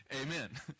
Amen